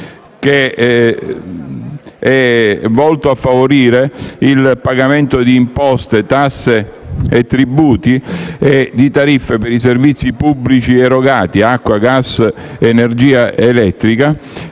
che è volto a favorire il pagamento di imposte, tasse e tributi e di tariffe per i servizi pubblici erogati (acqua, gas, energia elettrica).